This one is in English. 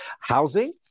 housing